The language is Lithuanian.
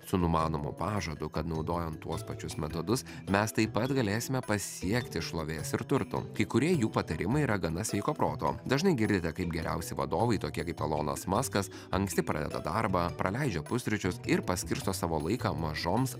su numanomu pažadu kad naudojant tuos pačius metodus mes taip pat galėsime pasiekti šlovės ir turtų kai kurie jų patarimai yra gana sveiko proto dažnai girdite kaip geriausi vadovai tokie kaip elonas maskas anksti pradeda darbą praleidžia pusryčius ir paskirsto savo laiką mažoms